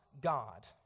God